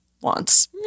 wants